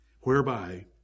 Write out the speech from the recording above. Whereby